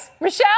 Michelle